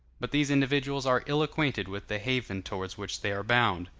but these individuals are ill acquainted with the haven towards which they are bound.